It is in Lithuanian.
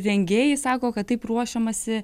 rengėjai sako kad taip ruošiamasi